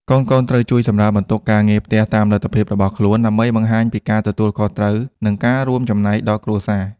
កូនៗត្រូវជួយសម្រាលបន្ទុកការងារផ្ទះតាមលទ្ធភាពរបស់ខ្លួន ដើម្បីបង្ហាញពីការទទួលខុសត្រូវ និងការរួមចំណែកដល់គ្រួសារ។